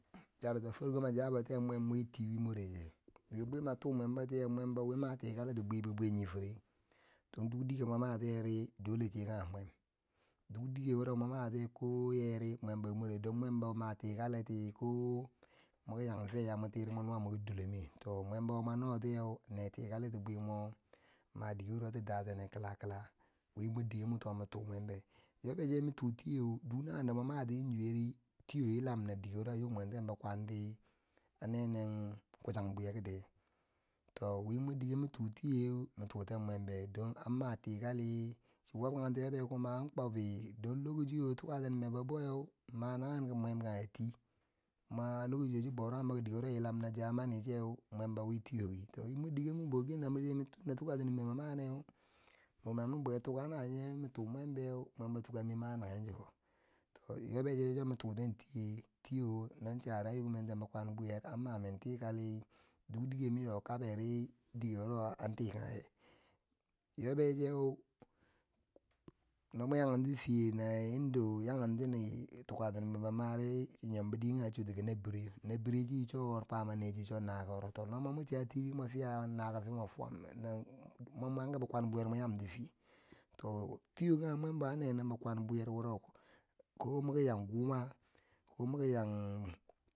Charito farko ma zaba tiyeu mwembo witi wi moreche, dike bwi ma to mwembo tieu, mwembo wi ma tika liti bwi bi bwe nifire, don duk dike mwo matiyeri dole che kange mwem, don duk dike mwo matiye ko muki yangfe yamun nyeri mwe nuwa muki dulomeh to mwembo wi moreche don mwembo, ma tikaliti bwe mwo ki yanfe ya mwon tiri mwo ki dilomwe, to mwembo mwo notiyeu ne tikaliti bwimo ma dike ti daten kila kila, wi mor dike mwo to ma tumwembe, yobecheu ma tutiyeu duk nagendo mwo matiyeu yanzu weri tiyo yilam na dike a yok mwen ten bikwanti, a nenen kuchan bwiyekti to, wi mor dike ma tutiye ma tuten mwembeu, don a ma tikali, chi wabkonti yobeu kuma an kwabi, don lokociyo wo tukatini beboweu bowe ma nagen ki mwem kange tee, kuma lokocindo, shiro chi boranumbo ki kulen zamanieu seu mwen bo wi tiyo wi, to wi mor dike mi bou ken a maseyimi tinda tuka tinim dike tukatinen mimbo maneu, ma ma min bwe taka naw yeu ma tu mwembeu mwembo tukamim ma nagen do chiko, to yobe cheu cho mi tuten tiye tiyo wo non chari an nyok mwon ten bi kwan bwiyer an mamen tikali, duk dik ma yo kaberi dike chuwo an tikange, yobecheu, no mwon yakenti fiye na irimdo wo yaken tiri tukatininbo mari, chi yambo dike kage chisoti ki nabirue, nabireu cheu cho wo kwama neche nakowo, no m, ani mwo chatiri mwo fiya nako fe mwo fuwan tiye mwon man kibi kwon bwi yer mwo yanti fiye to tiyo kange mwem bo an nennen bikwan bwiyer wuro ko mwo ko muki yan kuma, ko mwa ki yang.